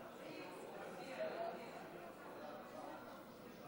חוק התכנון והבנייה (תיקון מס' 107 והוראת שעה) (תיקון),